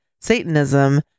Satanism